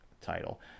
title